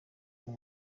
uyu